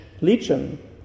Legion